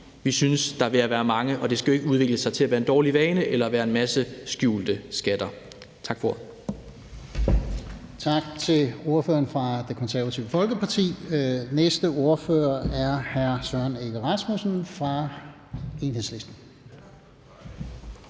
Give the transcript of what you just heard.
vi synes, der er ved at være mange. Det skal jo ikke udvikle sig til at være en dårlig vane med en masse skjulte skatter. Tak for